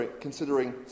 considering